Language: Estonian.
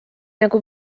nagu